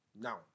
now